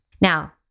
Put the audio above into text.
Now